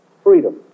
Freedom